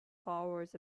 followers